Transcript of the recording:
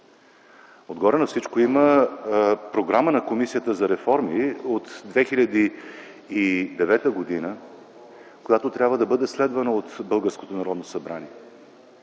Отгоре на всичко има програма на Комисията за реформи от 2009 г., която трябва да бъде следвана от